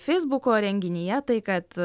feisbuko renginyje tai kad